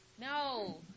No